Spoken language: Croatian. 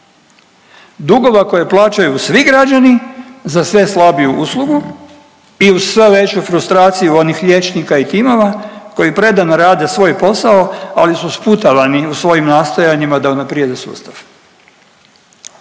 dugova koje plaćaju svi građani za sve slabiju uslugu i uz sve veću frustraciju onih liječnika i timova koji predano rade svoj posao, ali su sputavani u svojim nastojanjima da unaprijede sustav.